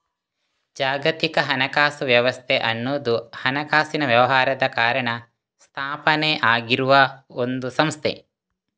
ಜಾಗತಿಕ ಹಣಕಾಸು ವ್ಯವಸ್ಥೆ ಅನ್ನುವುದು ಹಣಕಾಸಿನ ವ್ಯವಹಾರದ ಕಾರಣ ಸ್ಥಾಪನೆ ಆಗಿರುವ ಒಂದು ಸಂಸ್ಥೆ